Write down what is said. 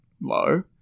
low